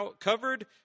covered